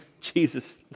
Jesus